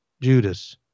Judas